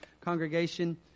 congregation